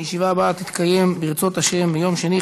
הישיבה הבאה תתקיים ברצות השם ביום שני,